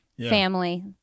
Family